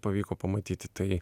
pavyko pamatyti tai